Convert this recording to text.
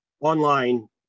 online